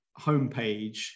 homepage